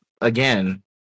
again